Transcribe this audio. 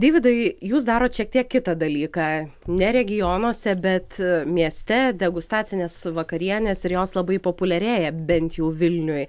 deividai jūs darot šiek tiek kitą dalyką ne regionuose bet mieste degustacines vakarienes ir jos labai populiarėja bent jau vilniuj